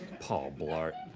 paul blart.